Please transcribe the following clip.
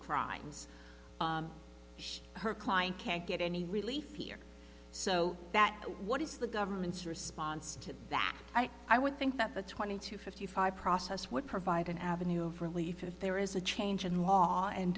crimes should her client can't get any relief here so that what is the government's response to that i would think that the twenty to fifty five process would provide an avenue of relief if there is a change in law and